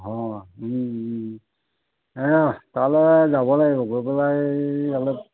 হয় তালে যাব লাগিব গৈ পেলাই অলপ